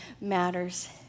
matters